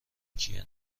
کیه